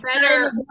better